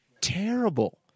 terrible